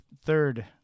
third